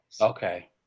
Okay